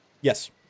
Yes